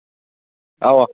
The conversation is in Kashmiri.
اَوا